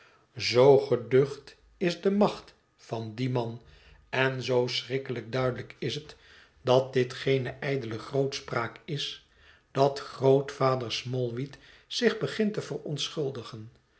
zoo geducht is de macht van dien man en zoo schrikkelijk duidelijk is het dat dit geene ijdele grootspraak is dat grootvader smallweed zich begint te verontschuldigen